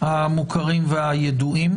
המוכרים והידועים.